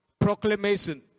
proclamation